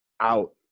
out